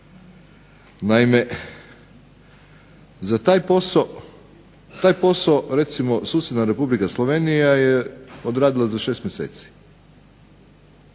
Naime, za taj posao recimo susjedna Republika Slovenija je odradila za šest mjeseci.